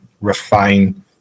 refine